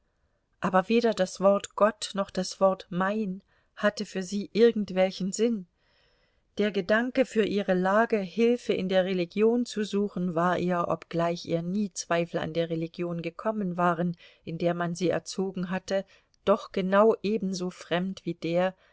aber weder das wort gott noch das wort mein hatte für sie irgendwelchen sinn der gedanke für ihre lage hilfe in der religion zu suchen war ihr obgleich ihr nie zweifel an der religion gekommen waren in der man sie erzogen hatte doch genau ebenso fremd wie der